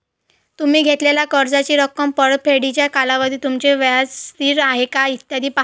तुम्ही घेतलेल्या कर्जाची रक्कम, परतफेडीचा कालावधी, तुमचे व्याज स्थिर आहे का, इत्यादी पहा